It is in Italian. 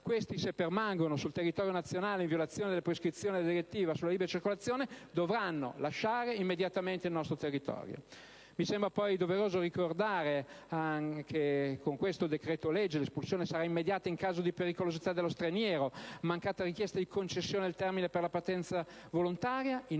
Questi, se permangono sul territorio nazionale in violazione delle prescrizioni della direttiva sulla libera circolazione, dovranno lasciare immediatamente il nostro territorio. Mi sembra poi doveroso ricordare anche che con questo decreto-legge l'espulsione sarà immediata in caso di pericolosità dello straniero, mancata richiesta di concessione del termine per la partenza volontaria,